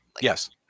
Yes